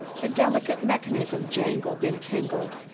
the delicate mechanism jangled and tingled,